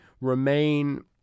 remain